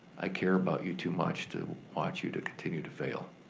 i care about you too much to watch you to continue to fail.